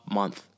month